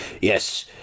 Yes